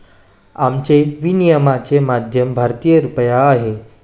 आमचे विनिमयाचे माध्यम भारतीय रुपया आहे